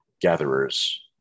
gatherers